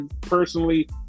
personally